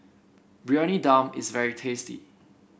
Briyani Dum is very tasty